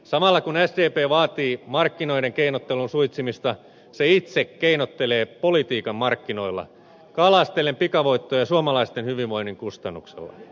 samalla kun sdp vaatii markkinoiden keinottelun suitsimista se itse keinottelee politiikan markkinoilla kalastellen pikavoittoja suomalaisten hyvinvoinnin kustannuksella